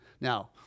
Now